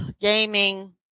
gaming